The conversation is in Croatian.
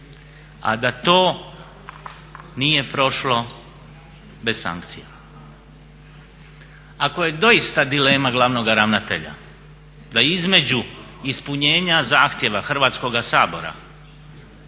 a da to nije prošlo bez sankcija. Ako je doista dilema glavnoga ravnatelja da između ispunjenja zahtjeva Hrvatskoga sabora